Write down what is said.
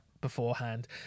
beforehand